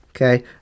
Okay